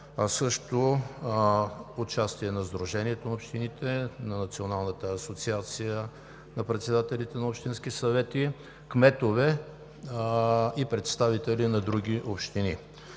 комисии, на Сдружението на общините, на Националната асоциация на председателите на общински съвети, кметове и представители на други общини.